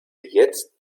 jetzt